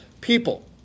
people